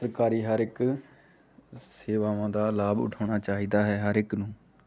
ਸਰਕਾਰੀ ਹਰ ਇੱਕ ਸੇਵਾਵਾਂ ਦਾ ਲਾਭ ਉਠਾਉਣਾ ਚਾਹੀਦਾ ਹੈ ਹਰ ਇੱਕ ਨੂੰ